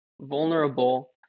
vulnerable